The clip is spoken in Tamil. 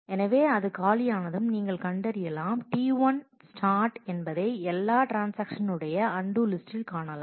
எனவே அது காலியானதும் நீங்கள் கண்டறியலாம்T1 start என்பதை எல்லா ட்ரான்ஸாக்ஷனுடைய அன்டூ லிஸ்ட்டில் காணலாம்